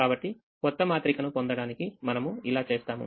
కాబట్టి క్రొత్త మాత్రికను పొందడానికి మనము ఇలా చేస్తాము